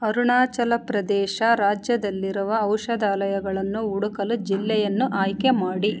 ಅರುಣಾಚಲ್ ಪ್ರದೇಶ್ ರಾಜ್ಯದಲ್ಲಿರುವ ಔಷಧಾಲಯಗಳನ್ನು ಹುಡುಕಲು ಜಿಲ್ಲೆಯನ್ನು ಆಯ್ಕೆ ಮಾಡಿ